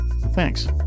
thanks